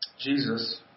Jesus